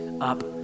up